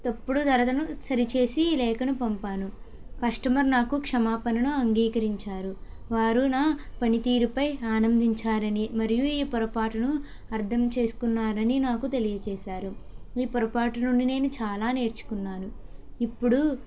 తప్పుడు ధరదను సరిచేసి లేఖను పంపాను కస్టమర్ నాకు క్షమాపణను అంగీకరించారు వారు నా పనితీరుపై ఆనందించారని మరియు ఈ పొరపాటును అర్థం చేసుకున్నారని నాకు తెలియజేశారు ఈ పొరపాటు నుండి నేను చాలా నేర్చుకున్నాను ఇప్పుడు